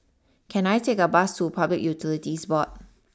can I take a bus to Public Utilities Board